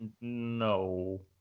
No